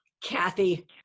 Kathy